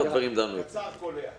ח"כ קארין, בבקשה.